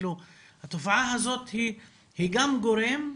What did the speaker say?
התופעה הזאת היא גם גורם,